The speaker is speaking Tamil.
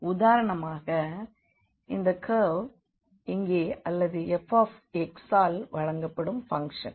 எனவே உதாரணமாக இந்த கர்வ் இங்கே அல்லது fஆல் வழங்கப்படும் பங்க்ஷன்